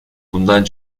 bundan